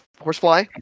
horsefly